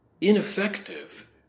ineffective